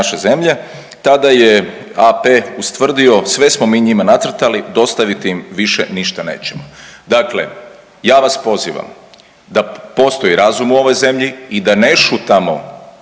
naše zemlje, tada je AP ustvrdio sve smo mi njima nacrtali dostaviti im više ništa nećemo. Dakle, ja vas pozivam da postoji razum u ovoj zemlji i da ne šutamo